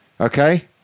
okay